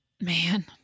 Man